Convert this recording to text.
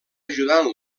ajudant